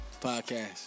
podcast